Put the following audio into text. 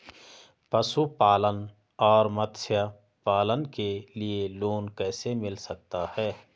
पशुपालन और मत्स्य पालन के लिए लोन कैसे मिल सकता है?